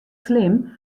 slim